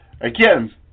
Again